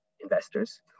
investors